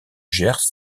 gers